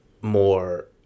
more